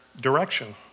direction